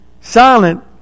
silent